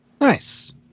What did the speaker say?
nice